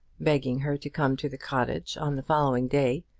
begging her to come to the cottage on the following day,